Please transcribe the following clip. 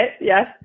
Yes